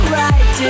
right